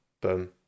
boom